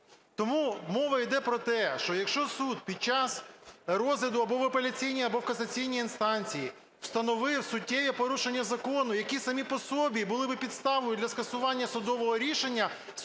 Тому мова йде про те, що, якщо суд під час розгляду або в апеляційній, або в касаційній інстанції встановив суттєві порушення закону, які самі по собі були би підставою для скасування судового рішення,